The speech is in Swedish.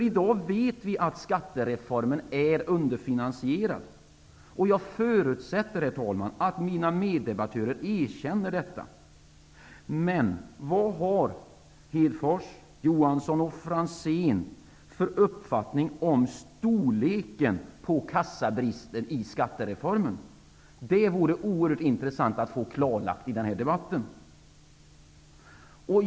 I dag vet vi att skattereformen är underfinansierad. Jag förutsätter, herr talman, att mina meddebattörer erkänner detta. Men vad har Hedfors, Johansson och Franzén för uppfattning om storleken på kassabristen i skattereformen. Det vore oerhört intressant att få det klarlagt i den här debatten.